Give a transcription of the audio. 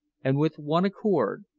and with one accord,